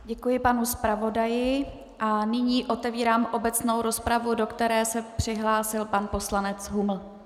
Děkuji panu zpravodaji a nyní otevírám obecnou rozpravu, do které se přihlásil pan poslanec Huml.